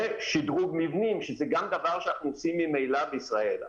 ושדרוג מבנים שזה גם דבר שאנחנו עושים ממילא בישראל,